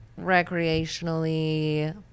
recreationally